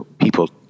people